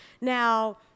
Now